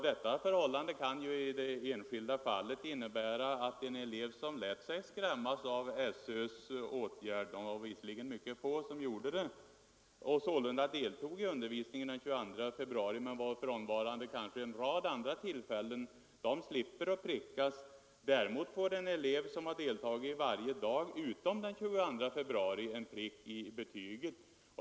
Detta förhållande kan i det enskilda fallet innebära att en elev, som lät sig skrämmas av SÖ:s åtgärd — det var visserligen mycket få som gjorde det — och sålunda deltog i undervisningen den 22 februari men som kanske varit frånvarande vid en rad andra tillfällen slipper att prickas. Däremot får en elev, som deltagit varje dag utom den 22 februari, en prick i betyget.